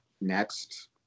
next